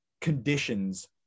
conditions